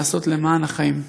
לעשות למען החיים.